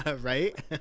Right